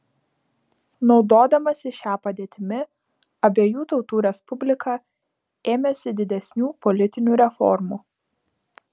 naudodamasi šia padėtimi abiejų tautų respublika ėmėsi didesnių politinių reformų